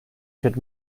could